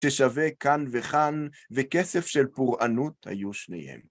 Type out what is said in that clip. תשווה כאן וכאן, וכסף של פורענות היו שניהם.